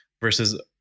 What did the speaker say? versus